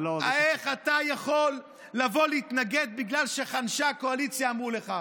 איך אתה יכול לבוא להתנגד בגלל שאנשי הקואליציה אמרו לך?